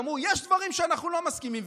שאמרה: יש דברים שאנחנו לא מסכימים.